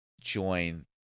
join